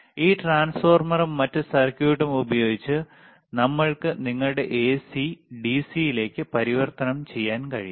ഈ ട്രാൻസ്ഫോർമറും മറ്റ് സർക്യൂട്ടും ഉപയോഗിച്ച് നമ്മൾക്ക് നിങ്ങളുടെ എസി ഡിസിയിലേക്ക് പരിവർത്തനം ചെയ്യാൻ കഴിയും